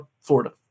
Florida